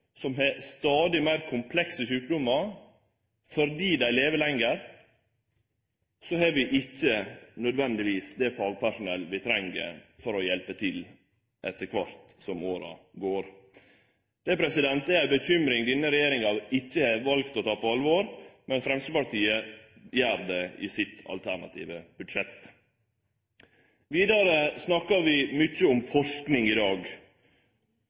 har stadig meir komplekse sjukdommar fordi dei lever lenger, har vi ikkje nødvendigvis det fagpersonellet vi treng for å hjelpe til etter kvart som åra går. Det er ei bekymring denne regjeringa har valt ikkje å ta på alvor, men Framstegspartiet gjer det i sitt alternative budsjett. Vidare snakkar vi mykje om forsking i dag.